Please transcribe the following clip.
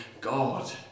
God